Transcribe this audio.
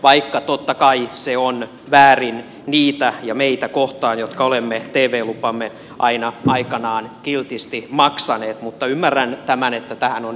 vaikka totta kai se on väärin niitä ja meitä kohtaan jotka olemme tv lupamme aina aikanaan kiltisti maksaneet niin ymmärrän tämän että tähän on nyt päädytty